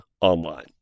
online